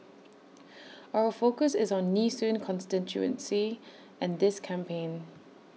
our focus is on Nee soon constituency and this campaign